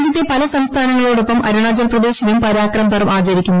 രാജ്യത്തെ പല സംസ്ഥാനങ്ങളോടൊപ്പം അരുണാചൽപ്രദേശിലും പരാക്രം പർവ് ആചരിക്കുന്നു